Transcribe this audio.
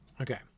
Okay